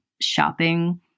shopping